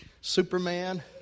Superman